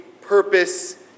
purpose